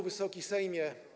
Wysoki Sejmie!